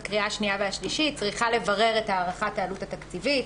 לקריאה השנייה והשלישית צריכה לברר את הערכת העלות התקציבית,